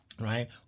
Right